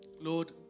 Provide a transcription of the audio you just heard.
Lord